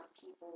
people